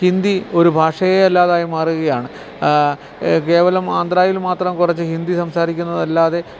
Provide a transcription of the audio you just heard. ഹിന്ദി ഒരു ഭാഷയെയല്ലാതായി മാറുകയാണ് കേവലം ആന്ധ്രായിൽ മാത്രം കുറച്ച് ഹിന്ദി സംസാരിക്കുന്നതല്ലാതെ